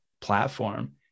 platform